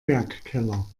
werkkeller